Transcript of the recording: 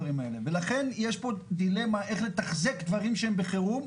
ולכן יש פה דילמה איך לתחזק דברים שהם בחירום,